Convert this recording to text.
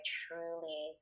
truly